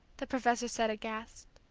the professor said, aghast.